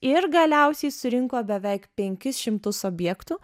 ir galiausiai surinko beveik penkis šimtus objektų